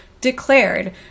declared